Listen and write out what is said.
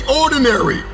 ordinary